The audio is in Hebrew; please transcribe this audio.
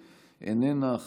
איננה,